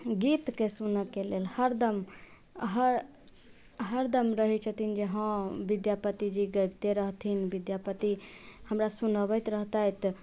गीत के सुनऽके लेल हरदम हर हरदम रहै छथिन जे हँ विद्यापति जी गबैत रहथिन विद्यापति हमरा सुनबैत रहतैत